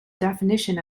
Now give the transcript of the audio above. definition